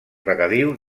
regadiu